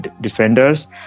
defenders